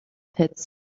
pits